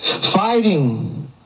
fighting